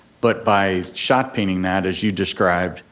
but by shot peening that as you described,